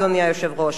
אדוני היושב-ראש,